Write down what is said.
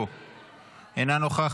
אינו נוכח,